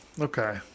Okay